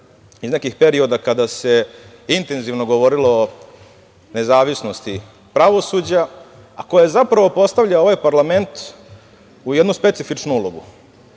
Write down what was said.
iz nekih perioda kada se intenzivno govorilo o nezavisnosti pravosuđa, a koje zapravo postavlja ovaj parlament, u jednu specifičnu ulogu,